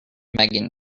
megan